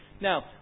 Now